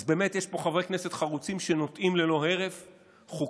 אז באמת יש פה חברי כנסת חרוצים שנוטעים ללא הרף חוקים,